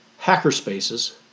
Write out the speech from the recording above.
hackerspaces